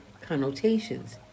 connotations